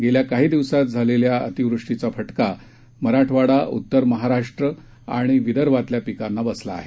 गेल्या काही दिवसांत झालेल्या अतिवृष्टीचा फटका मराठवाडा उत्तर महाराष्ट्र आणि विदर्भातल्या पिकांना बसला आहे